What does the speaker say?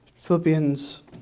Philippians